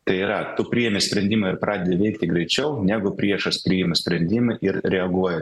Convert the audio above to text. tai yra priėmi sprendimą ir pradedi veikti greičiau negu priešas priima sprendimą ir reaguoja